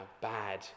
bad